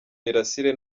misile